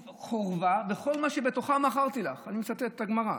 חורבה וכל מה שבתוכה מכרתי לך, אני מצטט את הגמרא,